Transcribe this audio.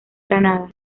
granada